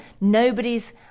nobody's